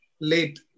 late